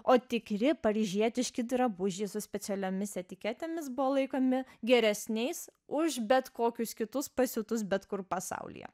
o tikri paryžietiški drabužiai su specialiomis etiketėmis buvo laikomi geresniais už bet kokius kitus pasiūtus bet kur pasaulyje